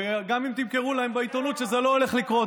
וגם אם תמכרו להם בעיתונות שזה לא הולך לקרות,